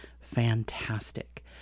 fantastic